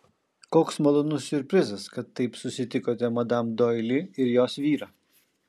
koks malonus siurprizas kad taip susitikote madam doili ir jos vyrą